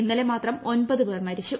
ഇന്നലെ മാത്രം ഒൻപത് പേർ മരിച്ചു